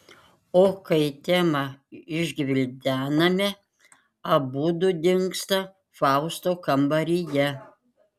o kai temą išgvildename abudu dingsta fausto kambaryje